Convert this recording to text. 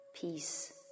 peace